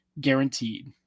guaranteed